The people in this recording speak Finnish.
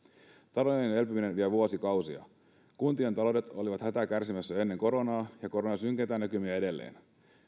taloudellinen elpyminen vie vuosikausia kuntien taloudet olivat hätää kärsimässä jo ennen koronaa ja korona synkentää näkymiä edelleen